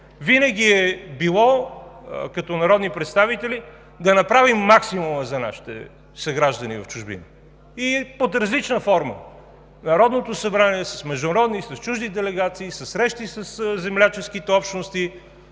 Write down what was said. се ръководили като народни представители, винаги е било да направим максимума за нашите съграждани в чужбина и под различна форма – Народното събрание с международни, с чужди делегации, срещи със земляческите общности,